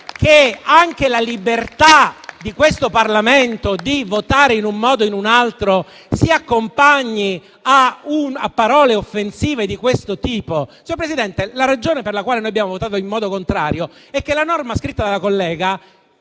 che anche la libertà di questo Parlamento di votare in un modo o in un altro si accompagni a parole offensive di questo tipo. Signor Presidente, la ragione per la quale noi abbiamo votato in modo contrario è che la norma scritta dalla collega